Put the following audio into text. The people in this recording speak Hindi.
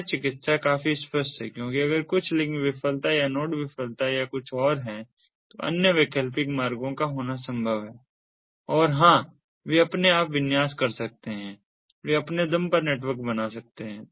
स्व चिकित्सा काफी स्पष्ट है क्योंकि अगर कुछ लिंक विफलता या नोड विफलता या कुछ और है तो अन्य वैकल्पिक मार्गों का होना संभव है और हाँ वे अपने आप विन्यास कर सकते हैं वे अपने दम पर नेटवर्क बना सकते हैं